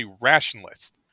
rationalist